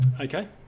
okay